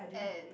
and